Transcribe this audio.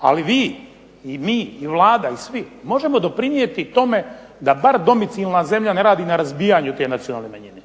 ali vi i mi i Vlada i svi možemo doprinijeti tome da bar domicilna zemlja ne radi na razbijanju te nacionalne manjine.